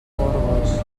gorgos